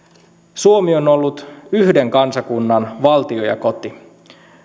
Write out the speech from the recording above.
suomi on ollut yhden kansakunnan valtio ja koti